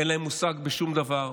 אין להם מושג בשום דבר.